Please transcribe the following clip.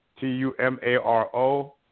T-U-M-A-R-O